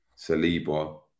Saliba